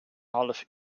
half